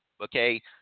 Okay